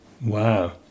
Wow